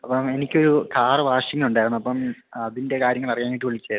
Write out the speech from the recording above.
അപ്പം എനിക്കൊരു കാറ് വാഷിങ്ങുണ്ടായിരുന്നപ്പം അതിൻ്റെ കാര്യങ്ങളറിയാനായിട്ട് വിളിച്ചതായിരുന്നു